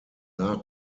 nach